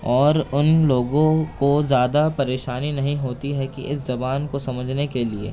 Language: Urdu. اور ان لوگوں کو زیادہ پریشانی نہیں ہوتی ہے کہ اس زبان کو سمجھنے کے لیے